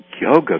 yoga